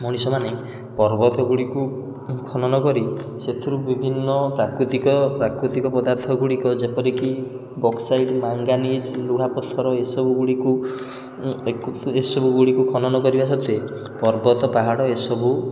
ମଣିଷମାନେ ପର୍ବତ ଗୁଡ଼ିକୁ ଖନନ କରି ସେଥିରୁ ବିଭିନ୍ନ ପ୍ରାକୃତିକ ପ୍ରାକୃତିକ ପଦାର୍ଥ ଗୁଡ଼ିକ ଯେପରିକି ବକ୍ସାଇଟ୍ ମାଙ୍ଗାନିଜ୍ ଲୁହାପଥର ଏସବୁ ଗୁଡ଼ିକୁ ଏସବୁ ଗୁଡ଼ିକୁ ଖନନ କରିବା ସତ୍ତ୍ୱେ ପର୍ବତ ପାହାଡ଼ ଏସବୁ